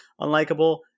unlikable